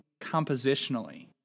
compositionally